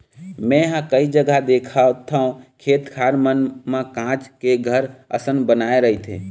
मेंहा कई जघा देखथव खेत खार मन म काँच के घर असन बनाय रहिथे